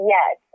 Yes